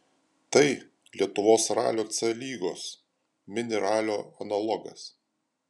tai lietuvos ralio c lygos mini ralio analogas